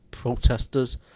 Protesters